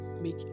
make